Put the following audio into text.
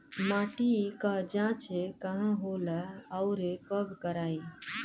माटी क जांच कहाँ होला अउर कब कराई?